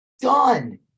done